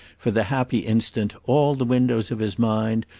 for the happy instant, all the windows of his mind,